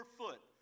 foot